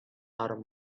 are